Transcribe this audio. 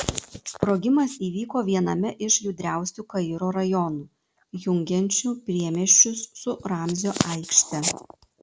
sprogimas įvyko viename iš judriausių kairo rajonų jungiančių priemiesčius su ramzio aikšte